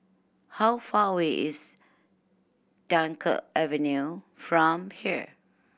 how far away is Dunkirk Avenue from here